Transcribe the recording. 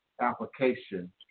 application